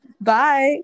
Bye